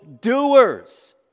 doers